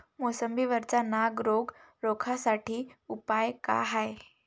मोसंबी वरचा नाग रोग रोखा साठी उपाव का हाये?